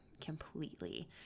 completely